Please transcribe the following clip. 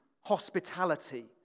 hospitality